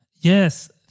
Yes